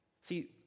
See